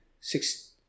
Six